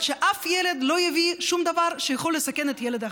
שאף ילד לא יביא שום דבר שיכול לסכן ילד אחר?